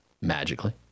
magically